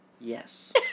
Yes